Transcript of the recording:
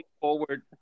forward